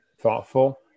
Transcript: thoughtful